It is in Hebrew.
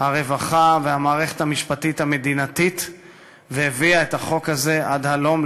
הרווחה והמערכת המשפטית המדינתית והביאו את החוק הזה עד הלום,